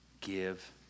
Give